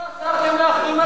אז למה לא אסרתם להחרים ערבים?